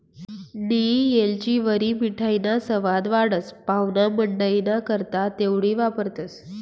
नियी येलचीवरी मिठाईना सवाद वाढस, पाव्हणामंडईना करता तेवढी वापरतंस